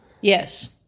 Yes